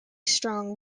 strong